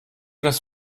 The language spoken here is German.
das